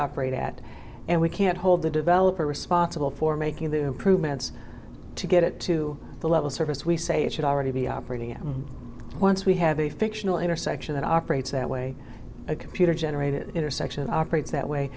operate at and we can't hold the developer responsible for making the improvements to get it to the level surface we say it should already be operating at once we have a fictional intersection that operates that way a computer generated intersection operates that way